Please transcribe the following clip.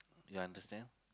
you understand